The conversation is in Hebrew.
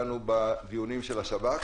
יש לנו רשימה ארוכה.